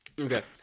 Okay